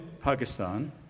Pakistan